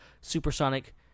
supersonic